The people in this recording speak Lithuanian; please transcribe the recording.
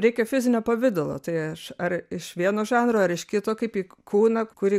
reikia fizinio pavidalo tai aš ar iš vieno žanro ar iš kito kaip į kūną kurį